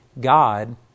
God